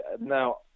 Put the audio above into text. Now